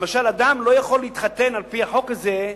למשל, על-פי החוק הזה,